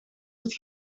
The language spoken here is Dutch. het